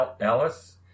Alice